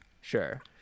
Sure